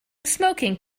smoking